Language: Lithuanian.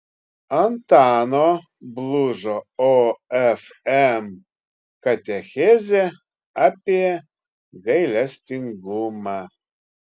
antano blužo ofm katechezė apie gailestingumą